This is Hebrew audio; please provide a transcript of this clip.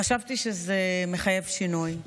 חשבתי שזה מחייב שינוי,